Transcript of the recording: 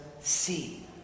see